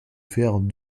faire